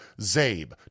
zabe